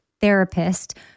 therapist